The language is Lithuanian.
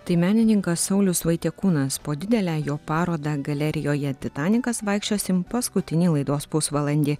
tai menininkas saulius vaitiekūnas po didelę jo parodą galerijoje titanikas vaikščiosim paskutinį laidos pusvalandį